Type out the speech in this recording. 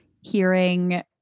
hearing